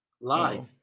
live